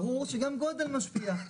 ברור שגם גודל משפיע.